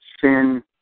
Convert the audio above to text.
sin